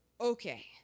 Okay